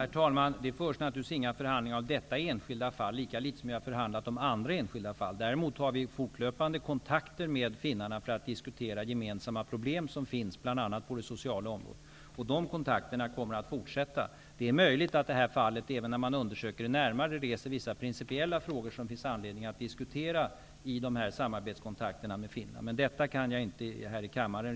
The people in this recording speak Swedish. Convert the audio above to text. Herr talman! Det förs naturligtvis inga förhandlingar i detta enskilda fall, lika litet som vi har förhandlat om andra enskilda fall. Däremot har vi fortlöpande kontakter med finnarna för att diskutera gemensamma problem, som finns bl.a. på det sociala området. De kontakterna kommer att fortsätta. Det är möjligt att det här fallet, även när man undersöker det närmare, reser vissa principiella frågor som det finns anledning att diskutera i de samarbetskontakter som förekommer med Finland, men detta kan jag inte redovisa här i kammaren